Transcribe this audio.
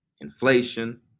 inflation